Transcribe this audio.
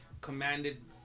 commanded